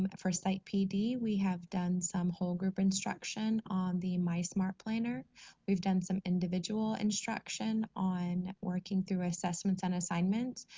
but for site pd we have done some whole group instruction on the my smart planner we've done some individual instruction on working through assessments and assignments,